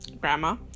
grandma